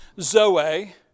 zoe